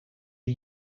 are